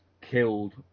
killed